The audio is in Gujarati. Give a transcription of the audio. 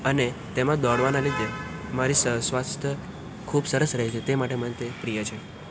અને તેમાં દોડવાના લીધે મારી સ સ્વસ્થ ખૂબ સરસ રહે છે તે માટે મને તે પ્રિય છે